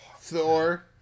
Thor